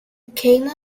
kemah